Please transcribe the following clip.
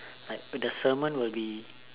like the sermon will be